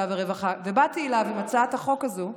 והרווחה ובאתי אליו עם הצעת החוק הזו,